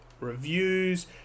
reviews